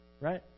right